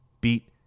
beat